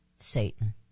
Satan